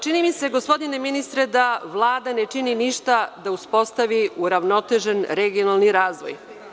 Čini mi se, gospodine ministre, da Vlada ne čini ništa da uspostavi uravnotežen regionalni razvoj.